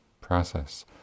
process